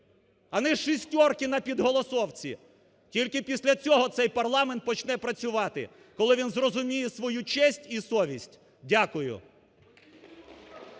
а не "шестірки" на підголосовці. Тільки після цього цей парламент почне працювати, коли він зрозуміє свою честь і совість. Дякую.